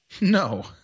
No